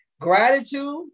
gratitude